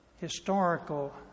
Historical